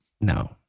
no